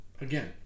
Again